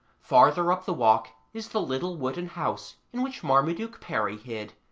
farther up the walk is the little wooden house in which marmaduke perry hid.